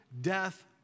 death